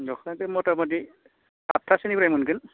दखाना बे मथा मथि आदथासोनिफ्राय मोनगोन